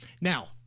Now